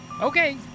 Okay